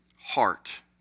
heart